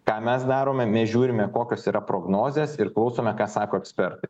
ką mes darome mes žiūrime kokios yra prognozės ir klausome ką sako ekspertai